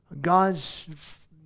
God's